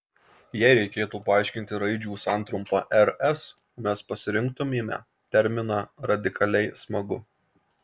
jei reikėtų paaiškinti raidžių santrumpą rs mes pasirinktumėme terminą radikaliai smagu